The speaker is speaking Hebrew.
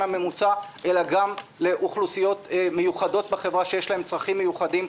הממוצע אלא גם לאוכלוסיות מיוחדות בחברה שיש להן צרכים מיוחדים,